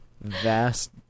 vast